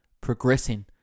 progressing